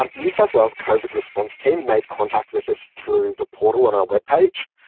um new south wales covid response team made contact with us through the portal on our web page.